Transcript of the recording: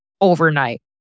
overnight